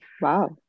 Wow